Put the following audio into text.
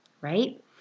right